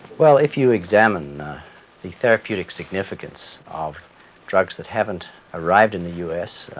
well, if you examine the therapeutic significance of drugs that haven't arrived in the u s.